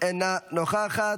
אינה נוכחת,